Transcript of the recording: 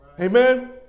Amen